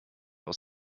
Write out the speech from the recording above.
aus